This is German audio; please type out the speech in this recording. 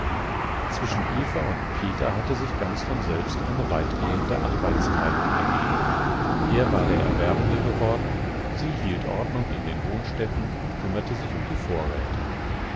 zwischen eva und peter hatte sich ganz von selbst eine weitgehende arbeitsteilung ergeben er war der erwerbende geworden sie hielt ordnung in den wohnstätten und kümmerte sich um die vorräte